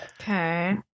Okay